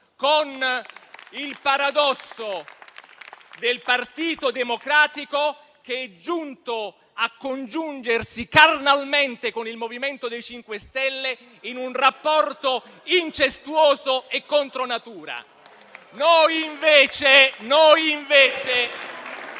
con il paradosso del Partito Democratico che è giunto a congiungersi carnalmente con il Movimento 5 Stelle in un rapporto incestuoso e contro natura.